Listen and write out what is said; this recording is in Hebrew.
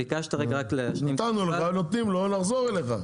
נתנו לך, נחזור אליך.